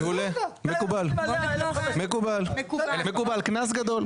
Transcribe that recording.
מעולה, מקובל, קנס גדול.